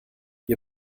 wir